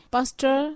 Pastor